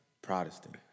Protestant